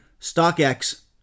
StockX